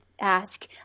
ask